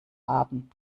haben